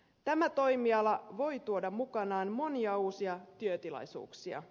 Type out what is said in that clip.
tämä toimiala voi tuoda mukanaan monia uusia työtilaisuuksia